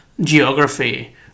geography